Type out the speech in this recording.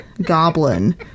goblin